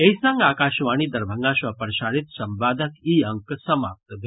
एहि संग आकाशवाणी दरभंगा सँ प्रसारित संवादक ई अंक समाप्त भेल